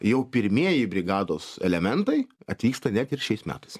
jau pirmieji brigados elementai atvyksta net ir šiais metais